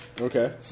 Okay